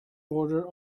border